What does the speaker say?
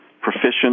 proficient